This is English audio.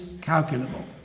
calculable